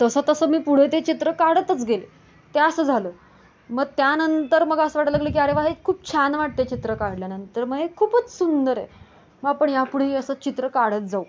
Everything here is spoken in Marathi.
तसं तसं मी पुढे ते चित्र काढतच गेले त्या असं झालं मग त्यानंतर मग असं वाटायला लागलं की अरे वा हे खूप छान वाटतं आहे चित्र काढल्यानंतर मग हे खूपच सुंदर आहे मग आपण यापुढेही असं चित्र काढत जाऊ